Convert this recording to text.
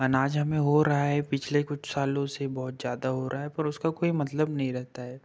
अनाज हमें हो रहा है पिछले कुछ सालों से बहुत ज्यादा हो रहा है पर उसका कोई मतलब नहीं रहता है